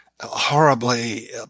horribly